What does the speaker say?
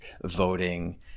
voting